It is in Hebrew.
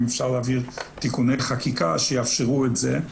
אם אפשר להעביר תיקוני חקיקה שיאפשרו את זה.